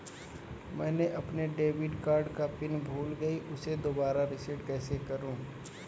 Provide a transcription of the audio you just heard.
मैंने अपने debit card का पिन भूल गई, उसे दोबारा रीसेट कैसे करूँ?